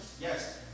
Yes